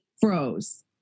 froze